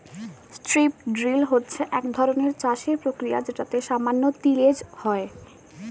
strip drill হচ্ছে একধরনের চাষের প্রক্রিয়া যেটাতে সামান্য তিলেজ হয়